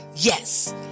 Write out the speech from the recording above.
Yes